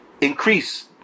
increase